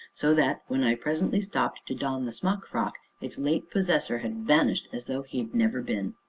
so that, when i presently stopped to don the smock-frock, its late possessor had vanished as though he had never been.